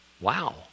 Wow